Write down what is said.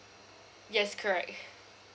yes correct